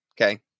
Okay